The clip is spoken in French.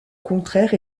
contraire